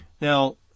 Now